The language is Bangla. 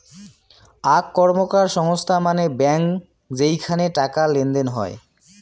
আক র্কমকার সংস্থা মানে ব্যাঙ্ক যেইখানে টাকা লেনদেন হই